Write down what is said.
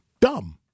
Dumb